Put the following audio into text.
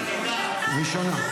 אל תדאגי.